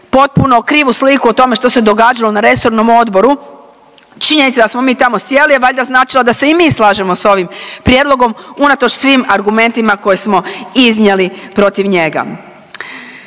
potpuno krivu sliku o tome što se događalo na resornom odboru. Činjenica da smo mi tamo sjeli je valjda znači da se i mi slažemo s ovim prijedlogom unatoč svim argumentima koje smo iznijeli protiv njega.